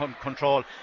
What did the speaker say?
control